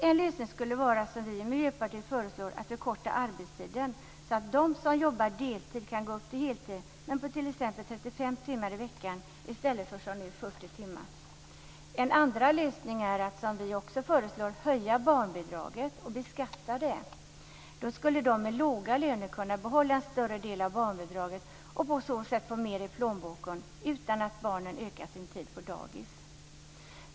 En lösning skulle vara, som vi i Miljöpartiet föreslår, att förkorta arbetstiden så att de som jobbar deltid kan gå upp till heltid men på t.ex. 35 timmar i veckan i stället för som nu 40 timmar. En andra lösning är, som vi också föreslår, att höja barnbidraget och beskatta det. Då skulle de med låga löner kunna behålla en större del av barnbidraget och på så sätt få mer i plånboken, utan att barnen ökar sin tid på dagis.